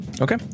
Okay